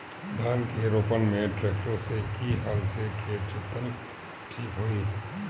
धान के रोपन मे ट्रेक्टर से की हल से खेत जोतल ठीक होई?